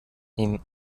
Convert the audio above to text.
neben